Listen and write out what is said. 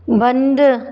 बंदि